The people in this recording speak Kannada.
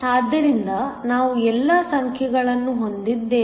ಆದ್ದರಿಂದ ನಾವು ಎಲ್ಲಾ ಸಂಖ್ಯೆಗಳನ್ನು ಹೊಂದಿದ್ದೇವೆ